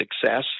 success